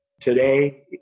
Today